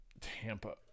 Tampa